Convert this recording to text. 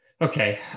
Okay